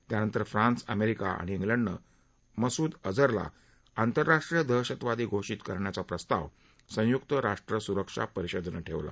त्यानंतर France America आणि इंग्लंडनं मसूद अजहरला आंतरराष्ट्रीय दहशतवादी घोषित करण्याचा प्रस्ताव संयुक्त राष्ट्र सुरक्षा परिषदेनं ठेवला